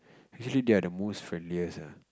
actually they're the most friendliest ah